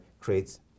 creates